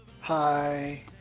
Hi